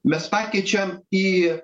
mes pakeičiam į